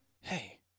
Hey